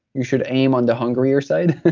you should aim on the hungrier side.